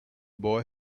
boy